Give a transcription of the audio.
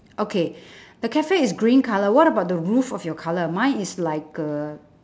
okay the cafe is green colour what about the roof of your colour mine is like uh